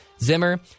Zimmer